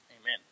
Amen